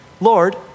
Lord